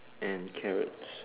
and carrots